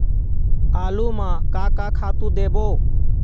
आलू म का का खातू देबो?